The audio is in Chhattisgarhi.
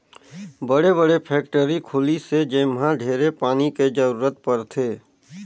बड़े बड़े फेकटरी खुली से जेम्हा ढेरे पानी के जरूरत परथे